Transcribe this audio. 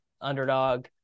underdog